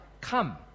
Come